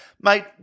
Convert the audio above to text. Mate